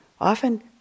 often